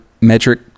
metric